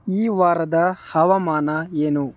ಈ ವಾರದ ಹವಾಮಾನ ಏನು